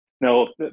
No